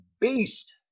beast